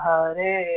Hare